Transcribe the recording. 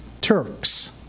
Turks